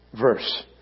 verse